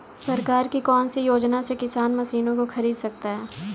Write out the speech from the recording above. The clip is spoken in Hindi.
सरकार की कौन सी योजना से किसान मशीनों को खरीद सकता है?